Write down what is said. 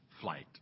flight